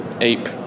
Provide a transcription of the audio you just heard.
ape